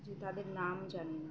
যে তাদের নাম জানি না